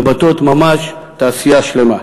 בשבתות, ממש תעשייה שלמה.